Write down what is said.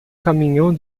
caminhão